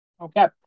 Okay